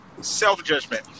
Self-judgment